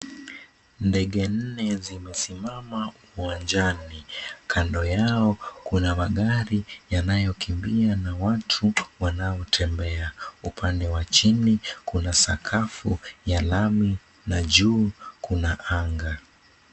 Ndege nne zimesimama uwanjani. Kando yao kuna magari yanayokimbia na watu wanaotembea. Upande wa chini kuna sakafu ya lami na juu kuna anga.